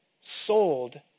sold